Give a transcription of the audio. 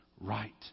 right